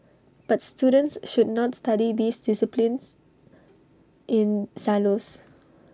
but students should not study these disciplines in silos